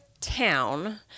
town